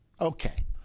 Okay